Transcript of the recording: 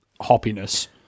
hoppiness